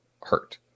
hurt